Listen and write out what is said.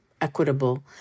equitable